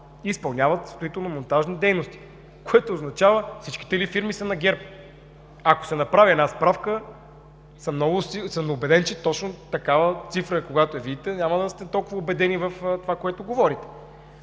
изпълняват строително-монтажни дейности. Всичките ли фирми са на ГЕРБ? Ако се направи справка, съм убеден, че точно такава цифра, когато я видите, няма да сте толкова убедени в това, което говорите.